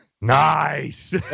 Nice